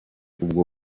ubwo